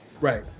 right